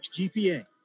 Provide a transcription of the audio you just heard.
GPA